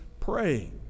praying